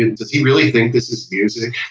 does he really think this is music?